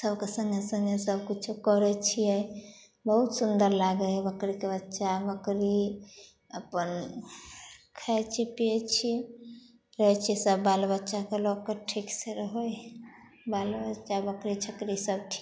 सबके सङ्गे सङ्गे सब किछो करै छियै बहुत सुन्दर लागै हइ बकरीके बच्चा बकरी अपन खाइ छी पीए छी रहै छी सब बाल बच्चाके लए कऽ ठीक से रहै हइ बाल बच्चा बकरी छकरी सब ठीक